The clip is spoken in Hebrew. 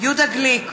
יהודה גליק,